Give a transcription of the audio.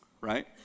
right